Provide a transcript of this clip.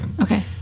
Okay